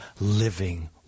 living